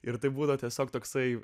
ir tai būna tiesiog toksai